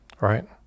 right